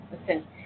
listen